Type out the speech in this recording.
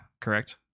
correct